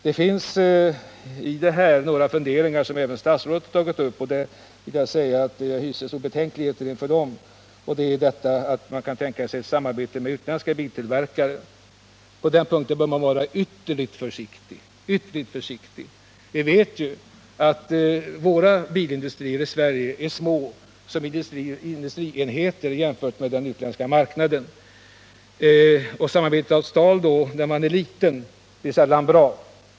Det finns några funderingar som statsrådet har tagit upp och som jag hyser betänkligheter mot, nämligen detta att man kan tänka sig ett samarbete med utländska biltillverkare. På den punkten bör man vara ytterligt försiktig. Vi vet ju att de svenska bilindustrierna är små i jämförelse med de utländska. Och samarbete när man är liten är sällan bra.